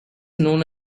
known